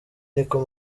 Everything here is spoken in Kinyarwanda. niko